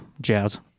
jazz